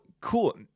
cool